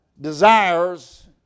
Desires